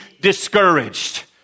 discouraged